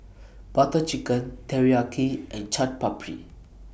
Butter Chicken Teriyaki and Chaat Papri